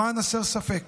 למען הסר ספק,